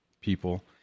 people